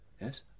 Yes